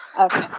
Okay